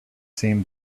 same